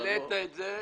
העלית את הנושא.